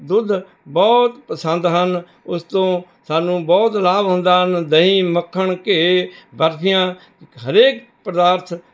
ਦੁੱਧ ਬਹੁਤ ਪਸੰਦ ਹਨ ਉਸ ਤੋਂ ਸਾਨੂੰ ਬਹੁਤ ਲਾਭ ਹੁੰਦਾ ਹਨ ਦਹੀਂ ਮੱਖਣ ਘੇ ਬਰਫ਼ੀਆਂ ਹਰੇਕ ਪਦਾਰਥ